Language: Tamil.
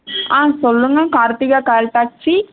ஆ சொல்லுங்க கார்த்திகா கால் டேக்ஸி